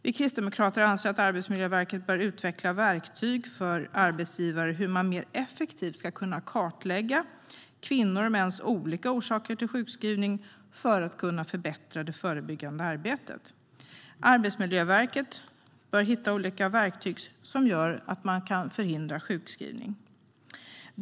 Vi kristdemokrater anser att Arbetsmiljöverket bör utveckla verktyg för arbetsgivare när det gäller hur de mer effektivt ska kunna kartlägga kvinnors och mäns olika orsaker till sjukskrivning för att förbättra det förebyggande arbetet. Arbetsmiljöverket bör hitta olika verktyg som gör att man kan förhindra sjukskrivning.